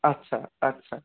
আচ্ছা আচ্ছা